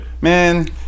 Man